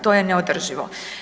To je neodrživo.